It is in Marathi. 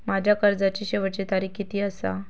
माझ्या कर्जाची शेवटची तारीख किती आसा?